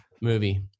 Movie